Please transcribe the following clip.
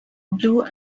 blue